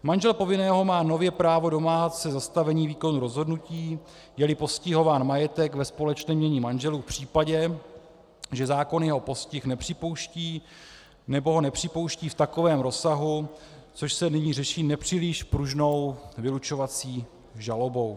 Manžel povinného má nově právo domáhat se zastavení výkonu rozhodnutí, jeli postihován majetek ve společném jmění manželů v případě, že zákon jeho postih nepřipouští, nebo ho nepřipouští v takovém rozsahu, což se nyní řeší nepříliš pružnou vylučovací žalobou.